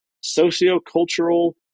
socio-cultural